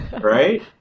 right